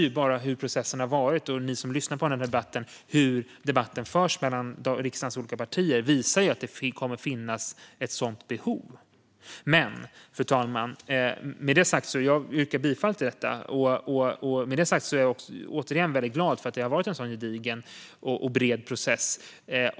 Detta visar hur processen har fortlöpt. Ni som lyssnar hör hur debatten förs mellan riksdagens olika partier. Det visar att det kommer att finnas ett behov. Fru talman! Jag yrkar bifall till förslaget. Återigen kan jag säga att jag är glad för att det har varit en gedigen och bred process.